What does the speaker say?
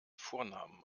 vornamen